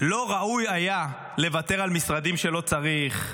לא ראוי היה לוותר על משרדים שלא צריך?